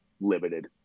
limited